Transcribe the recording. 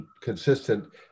consistent